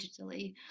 digitally